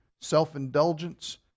self-indulgence